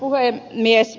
arvoisa puhemies